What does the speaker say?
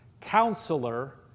counselor